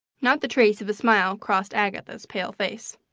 not the trace of a smile crossed agatha's pale face.